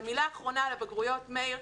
ומילה אחרונה על הבגרויות, מאיר.